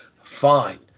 fine